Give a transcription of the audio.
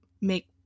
make